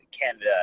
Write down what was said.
Canada